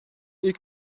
ilk